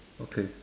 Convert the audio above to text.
okay